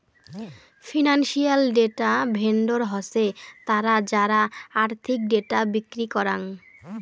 financial data vendor হসে তারা যারা আর্থিক ডেটা বিক্রি করাং